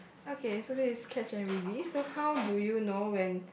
okay so this is catch and release so how do you know when